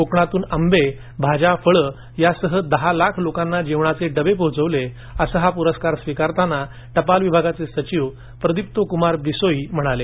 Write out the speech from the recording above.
कोकणातून आंबे भाज्या फळं यासह दहा लाख लोकांना जेवणाचे डबे पोहोचवले असं हा पुरस्कार स्वीकारताना टपाल विभागाचे सचिव प्रदीप्तो कुमार बिसोई म्हणाले